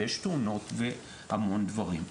ויש תאונות והמון דברים.